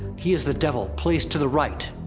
he is the devil, placed to the right.